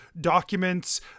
documents